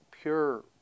pure